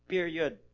Period